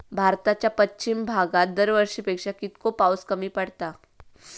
भारताच्या पश्चिम भागात दरवर्षी पेक्षा कीतको पाऊस कमी पडता?